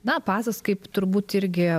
na pasas kaip turbūt irgi